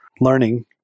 learning